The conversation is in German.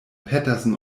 petersen